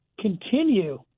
continue